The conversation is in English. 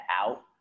out